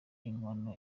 inkono